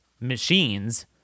machines